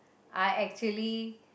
I actually